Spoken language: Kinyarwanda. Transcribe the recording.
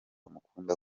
amukunda